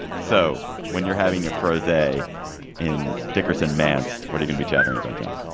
so when you're having your frozen day in dickerson mance, what you gonna be chatting and about, john?